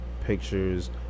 pictures